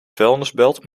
vuilnisbelt